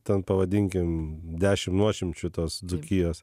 ten pavadinkim dešim nuošimčių tos dzūkijos